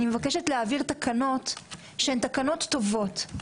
אני מבקשת להעביר תקנות שהן תקנות טובות,